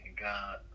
God